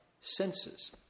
Senses